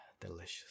delicious